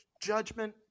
judgment